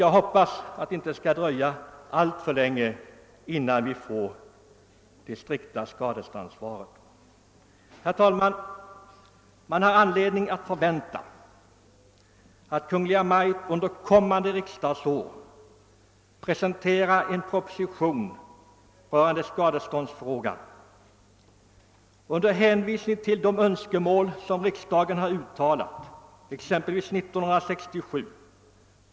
Jag hoppas att det inte skall dröja alltför länge innan vi får en sådan ordning. Man har anledning förvänta att Kungl. Maj:t under instundande riksdagsår presenterar en proposition i denna skadeståndsfråga, speciellt med tanke på de önskemål som riksdagen uttalade exempelvis 1967.